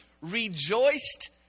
rejoiced